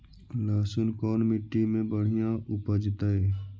लहसुन कोन मट्टी मे बढ़िया उपजतै?